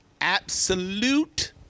absolute